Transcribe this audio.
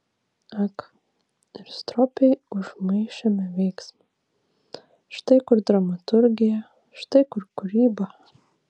ak ir stropiai užmaišėme veiksmą štai kur dramaturgija štai kur kūryba